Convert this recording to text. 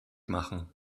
machen